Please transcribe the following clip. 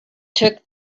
took